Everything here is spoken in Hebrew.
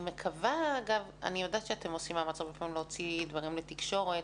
אני יודעת שאתם עושים מאמץ הרבה פעמים להוציא דברים לתקשורת.